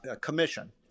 commission